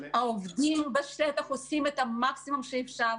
העובדים בשטח עושים את המקסימום שאפשר,